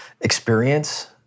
experience